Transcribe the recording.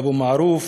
אבו מערוף,